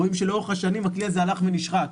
רואים שלאורך השנים הכלי הזה הלך ונשחק,